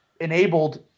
enabled